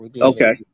Okay